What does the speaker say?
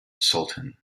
sultan